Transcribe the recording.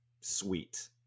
sweet